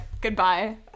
Goodbye